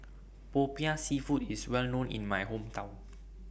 Popiah Seafood IS Well known in My Hometown